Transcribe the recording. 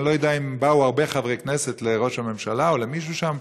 אני לא יודע אם באו הרבה חברי כנסת לראש הממשלה או למישהו שם,